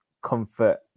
comfort